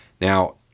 Now